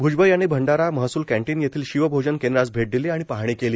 भुजबळ यांनी भंडारा महसूल कॅन्टीन येथील शिवभोजन केंद्रास भेट दिली आणि पाहणी केली